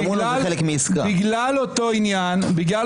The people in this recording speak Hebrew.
--- בגלל חוסר אמון בגדעון